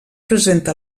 presenta